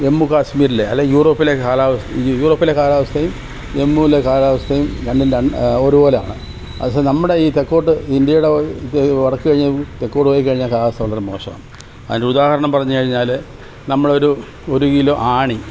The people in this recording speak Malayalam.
ജമ്മു കാശ്മീരിലെ അല്ലെങ്കിൽ യൂറോപ്പിലെ കാലാവസ് യൂറോപ്പിലെ കാലാവസ്ഥയും ജമ്മുവിലെ കാലാവസ്ഥയും രണ്ടും രൺ ഒരുപോലെ ആണ് അതേ സമയം നമ്മുടെ ഈ തെക്കോട്ട് ഇന്ത്യയുടെ ഈ വടക്ക് കഴിഞ്ഞ് തെക്കോട്ട് പോയിക്കഴിഞ്ഞാൽ കാലാവസ്ഥ വളരെ മോശമാണ് അതിന് ഉദാഹരണം പറഞ്ഞുകഴിഞ്ഞാൽ നമ്മൾ ഒരു ഒരു കിലോ ആണി